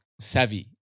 savvy